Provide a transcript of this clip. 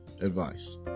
advice